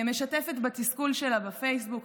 הגב' זוהר שניאור משתפת את התסכול שלה בפייסבוק,